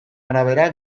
arabera